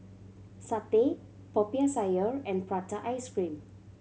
satay Popiah Sayur and prata ice cream